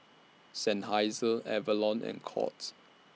Seinheiser Avalon and Courts